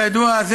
כידוע,